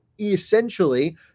essentially